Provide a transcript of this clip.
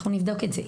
אנחנו נבדוק את זה.